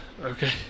okay